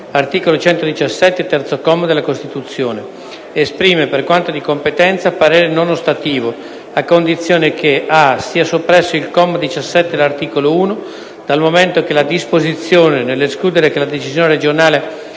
(articolo 117, terzo comma della Costituzione), esprime, per quanto di competenza, parere non ostativo, a condizione che: a) sia soppresso il comma 17 dell’articolo 1, dal momento che la disposizione, nell’escludere che la decisione regionale